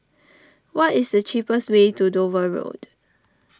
what is the cheapest way to Dover Road